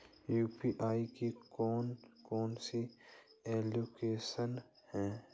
UPI की कौन कौन सी एप्लिकेशन हैं?